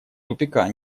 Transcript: тупика